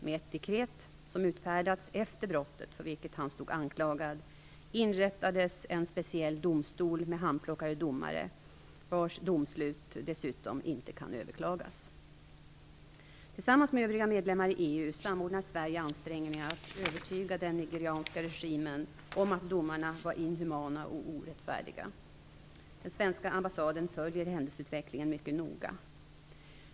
Med ett dekret, som utfärdats efter brottet för vilket han stod anklagad, inrättades en speciell domstol med handplockade domare, vars domslut dessutom inte kan överklagas. Tillsammans med övriga medlemmar i EU samordnar Sverige ansträngningar att övertyga den nigerianska regimen om att domarna var inhumana och orättfärdiga. Den svenska ambassaden följer händelseutvecklingen mycket noga.